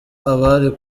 abari